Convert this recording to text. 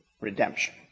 redemption